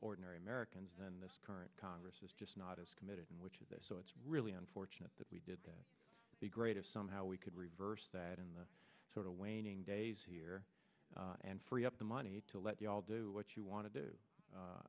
ordinary americans and this current congress is just not as committed in which of those so it's really unfortunate that we did the greatest somehow we could reverse that in the sort of waning days here and free up the money to let you all do what you want to do